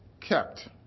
kept